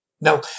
Now